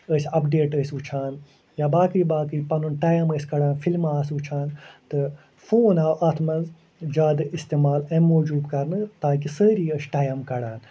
ٲسۍ اَپڈیٹ ٲسۍ وٕچھان یا باقٕے باقٕے پنُن ٹایِم ٲسۍ کَڑان فِلمہٕ آس وٕچھان تہٕ فون آو اَتھ منٛز زیادٕ استعمال اَمہِ موٗجوٗب کَرنہٕ تاکہِ سٲری ٲسۍ ٹایِم کَڑان